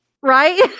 right